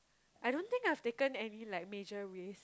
I don't think I've taken any like major ways